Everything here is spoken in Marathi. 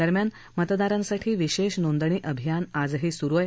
दरम्यान मतदारांसाठी विशेष नोंदणी अभियान आजही सुरू आहे